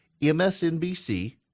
MSNBC